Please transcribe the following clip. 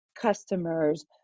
customers